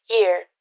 year